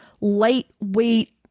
lightweight